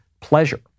pleasure